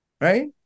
right